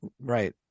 right